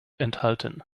enthalten